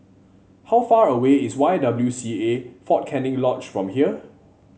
how far away is Y W C A Fort Canning Lodge from here